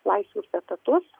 laisvus etatus